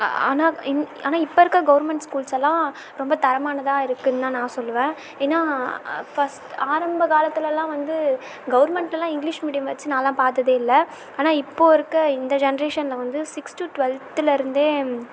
ஆனால் இன் ஆனால் இப்போ இருக்கிற கவர்மெண்ட் ஸ்கூல்ஸ் எல்லாம் ரொம்ப தரமானதாக இருக்குன்னுதான் நான் சொல்லுவேன் ஏன்னா ஃபர்ஸ்ட் ஆரம்ப காலத்துல எல்லாம் வந்த கவர்மெண்ட்லலாம் இங்க்லிஷ் மீடியம் வச்சு நான்லாம் பார்த்ததே இல்லை ஆனால் இப்போ இருக்க இந்த ஜென்ரேஷனில் வந்து சிக்ஸ் டு ட்வெல்த்துலருந்தே